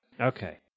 Okay